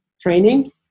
training